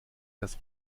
das